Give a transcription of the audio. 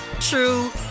true